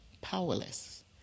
powerless